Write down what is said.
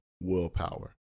Willpower